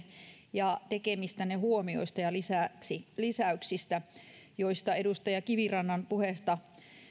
ja tekemistänne huomioista ja lisäyksistä joista edustaja kivirannan puheesta